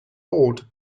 bored